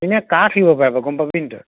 এনে কাক পাৰে গম পাবি নেকি তই